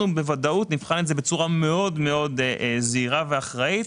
ואנחנו בוודאות נבחן את זה בצורה מאוד זהירה ואחראית,